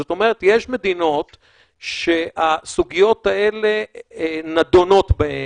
זאת אומרת, יש מדינות שהסוגיות האלה נדונות בהן,